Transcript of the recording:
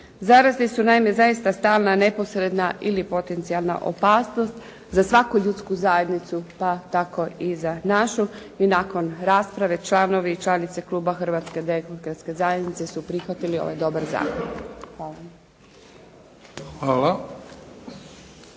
Zarazne su zaista stalna, neposredna ili potencijalna opasnost za svaku ljudsku zajednicu pa tako i za našu. I nakon rasprave članovi i članice Kluba Hrvatske demokratske zajednice su prihvatili ovaj dobar zakon.